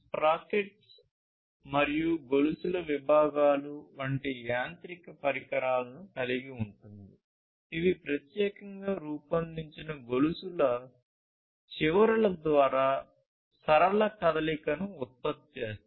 sprockets మరియు గొలుసుల విభాగాలు వంటి యాంత్రిక పరికరాలను కలిగి ఉంటుంది ఇవి ప్రత్యేకంగా రూపొందించిన గొలుసుల చివరల ద్వారా సరళ కదలికను ఉత్పత్తి చేస్తాయి